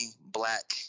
black